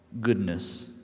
goodness